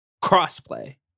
cross-play